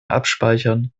abspeichern